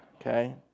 okay